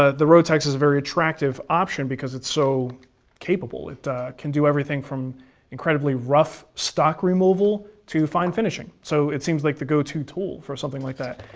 ah the rotex is a very attractive option because it's so capable. it can do everything from incredibly rough stock removal to fine finishing, so it seems like the go-to tool for something like that,